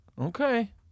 Okay